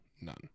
none